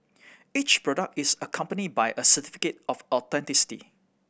each product is accompanied by a certificate of authenticity